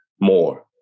more